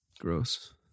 Gross